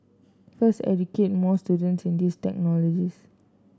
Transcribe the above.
first educate more students in these technologies